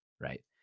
right